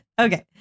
Okay